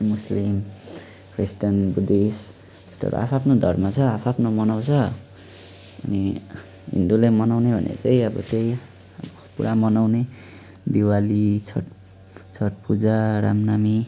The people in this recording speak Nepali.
मुस्लिम क्रिस्चियन बुद्धिस्ट आफआफ्नो धर्म छ आफआफ्नो मनाउँछ अनि हिन्दूले मनाउने भनेको चाहिँ अब त्यही पुरा मनाउने दिवाली छट छटपूजा रामनवमी